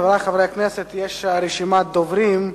חברי חברי הכנסת, יש רשימת דוברים: